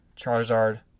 Charizard